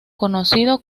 conocido